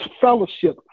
fellowship